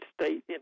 state